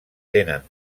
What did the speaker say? tenen